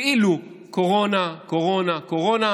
כאילו קורונה קורונה קורונה,